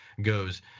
Goes